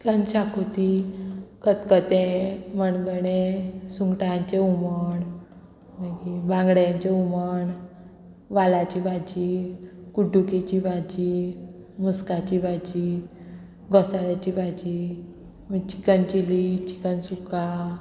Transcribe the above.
chicken xacuti खतखतें मणगणें सुंगटांचें हुमण मागीर बांगड्यांचें हुमण वालाची भाजी कुड्डुकेची भाजी मुस्काची भाजी घोसाळ्याची भाजी चिकन चिली चिकन सुका